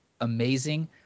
amazing